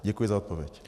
Děkuji za odpověď.